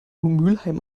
mülheim